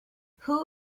who